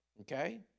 Okay